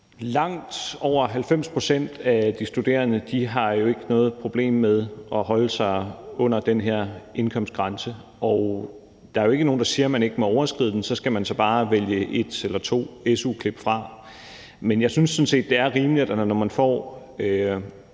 Langt over 90 pct. af de studerende har ikke noget problem med at holde sig under den her indkomstgrænse, og der er jo ikke nogen, der siger, at man ikke må overskride den. Så skal man så bare vælge et eller to su-klip fra. Men jeg synes sådan set, det er rimeligt, når man får